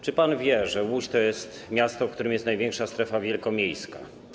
Czy pan wie, że Łódź to miasto, w którym jest największa strefa wielkomiejska?